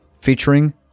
featuring